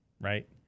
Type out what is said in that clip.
right